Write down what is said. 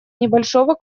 небольшого